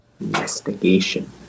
investigation